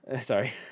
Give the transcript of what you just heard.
Sorry